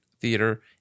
theater